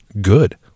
good